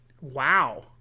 Wow